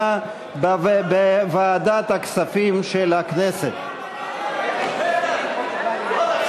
(מתן נקודות זיכוי בגין ילדים לבני-זוג מאותו המין),